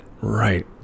right